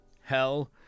hell